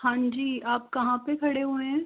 हाँ जी आप कहाँ पर खड़े हुए हैं